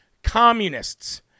Communists